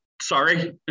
sorry